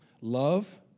love